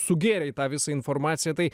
sugėrei tą visą informaciją tai